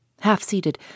half-seated